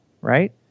right